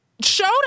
Showed